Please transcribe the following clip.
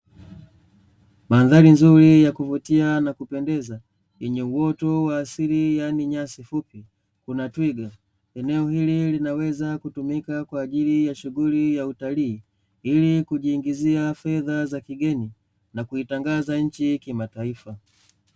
Madhari nzuri ya kuvutia na kupendezea yenye uwoto wa asili yani nyasi fupi, eneo hili linaweza kutumika katika shughuli ya utalii ili kujiingizia fedha za kigeni n kuitangaza nchi kimataifa.